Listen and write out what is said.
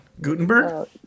Gutenberg